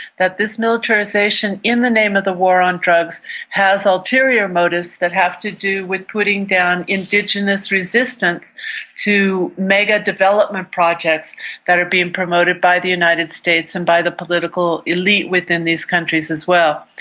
that this militarisation in the name of the war on drugs has alternative motives that have to do with putting down indigenous resistance to mega development projects that are being promoted by the united states and by the political elite within these countries as well.